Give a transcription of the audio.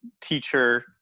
teacher